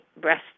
breast